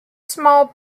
small